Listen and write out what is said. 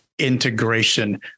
integration